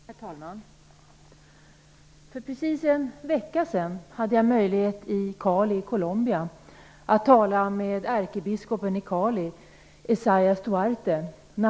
Herr talman! För precis en vecka sedan hade jag i Cali i Colombia möjlighet att tala med ärkebiskopen i Cali, Isaias Duarte.